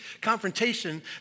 confrontation